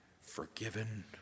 forgiven